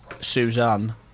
Suzanne